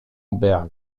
berg